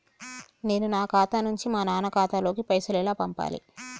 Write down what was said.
నేను నా ఖాతా నుంచి మా నాన్న ఖాతా లోకి పైసలు ఎలా పంపాలి?